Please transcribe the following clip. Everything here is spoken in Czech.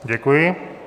Děkuji.